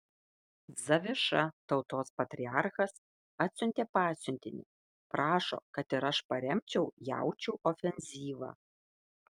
zaviša tautos patriarchas atsiuntė pasiuntinį prašo kad ir aš paremčiau jaučių ofenzyvą